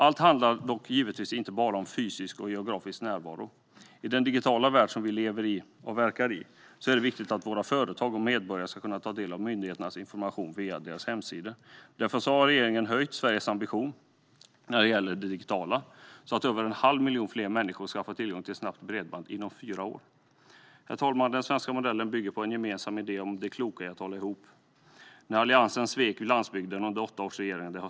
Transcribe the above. Allt handlar dock inte bara om fysisk och geografisk närvaro. I den digitala värld som vi lever och verkar i är det viktigt att våra företag och medborgare kan ta del av myndigheternas information via deras hemsidor. Därför har regeringen höjt Sveriges digitala ambitioner så att över en halv miljon fler svenskar ska få tillgång till snabbt bredband inom fyra år. Herr talman! Den svenska modellen bygger på en gemensam idé om det kloka i att hålla ihop. Alliansen svek landsbygden under åtta års regerande.